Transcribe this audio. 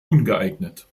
ungeeignet